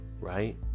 right